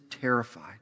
terrified